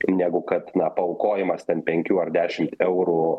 negu kad na paaukojimas ten penkių ar dešimt eurų